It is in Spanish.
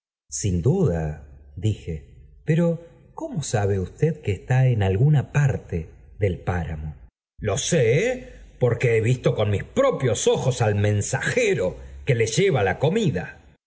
sin duda dije pero cómo sabe usted que está en alguna parte del páramo lo sé porque he visto con mis propios ojos al mensajero que le lleva la comida